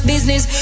Business